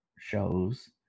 shows